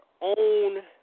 own